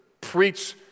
preach